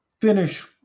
finish